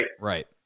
right